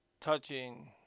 touching